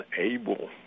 unable